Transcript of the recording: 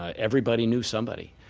ah everybody knew somebody,